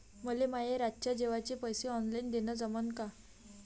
मले माये रातच्या जेवाचे पैसे ऑनलाईन देणं जमन का?